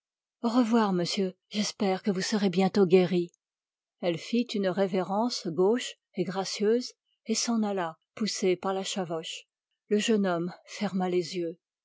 au revoir monsieur j'espère que vous serez bientôt guéri elle fit une révérence gauche et gracieuse et s'en alla poussée par la chavoche le jeune homme ferma les yeux